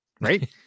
Right